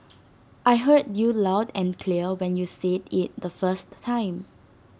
I heard you loud and clear when you said IT the first time